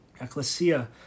Ecclesia